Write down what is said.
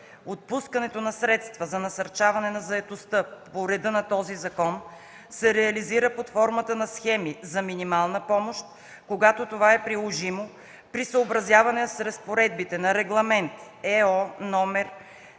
Отпускането на средства за насърчаване на заетостта по реда на този закон се реализира под формата на схеми за минимална помощ, когато това е приложимо, при съобразяване с разпоредбите на Регламент (ЕО) №